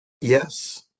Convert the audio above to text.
Yes